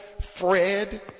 Fred